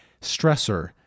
stressor